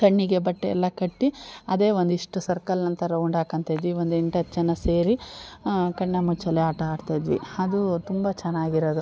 ಕಣ್ಣಿಗೆ ಬಟ್ಟೆಯೆಲ್ಲ ಕಟ್ಟಿ ಅದೇ ಒಂದಿಷ್ಟು ಸರ್ಕಲ್ ಅಂತ ರೌಂಡ್ ಹಾಕೊಂತಯಿದ್ವಿ ಒಂದು ಎಂಟು ಹತ್ತು ಜನ ಸೇರಿ ಕಣ್ಣ ಮುಚ್ಚಾಲೆ ಆಟ ಆಡ್ತಾಯಿದ್ವಿ ಅದು ತುಂಬ ಚೆನ್ನಾಗಿರೋದು